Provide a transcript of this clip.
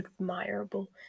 admirable